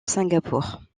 singapour